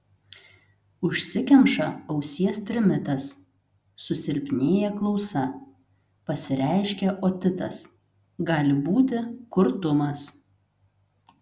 užsikemša ausies trimitas susilpnėja klausa pasireiškia otitas gali būti kurtumas